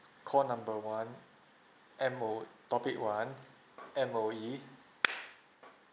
call number one M_O topic one M_O_E